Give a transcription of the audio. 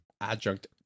Adjunct